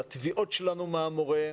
לתביעות שלנו מהמורה,